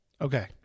Okay